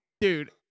Dude